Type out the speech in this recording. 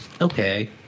Okay